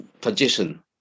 position